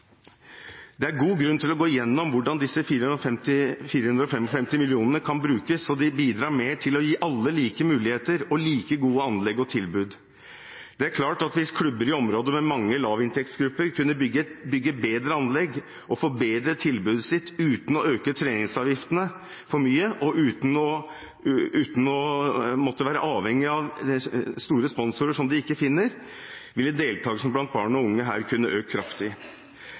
Det er god grunn til å gå gjennom hvordan disse 455 mill. kr kan brukes slik at de bidrar mer til å gi alle like muligheter og like gode anlegg og tilbud. Det er klart at hvis klubber i områder med mange lavinntektsgrupper kunne bygge bedre anlegg og forbedre tilbudet sitt uten å øke treningsavgiftene for mye, og uten å måtte være avhengig av store sponsorer som de ikke finner, ville deltakelsen blant barn og unge her kunne øke kraftig.